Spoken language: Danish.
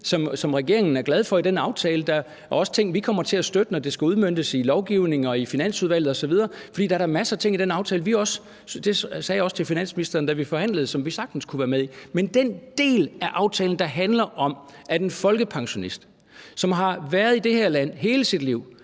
som regeringen er glade for i den aftale. Der er også ting, vi kommer til at støtte, når det skal udmøntes i lovgivningen og i Finansudvalget osv., for der er da masser af ting i den aftale, som vi sagtens kunne være med i – det sagde jeg også til finansministeren, da vi forhandlede. Men den del af aftalen, der handler om, at en folkepensionist, som har været i det her land hele sit liv